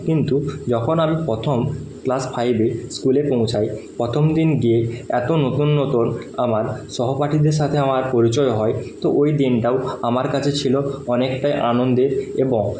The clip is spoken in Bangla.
কিন্তু যখন আমি প্রথম ক্লাস ফাইভে স্কুলে পৌঁছাই প্রথম দিন গিয়ে এত নতুন নতুন আমার সহপাঠীদের সাথে আমার পরিচয় হয় তো ওই দিনটাও আমার কাছে ছিল অনেকটাই আনন্দের এবং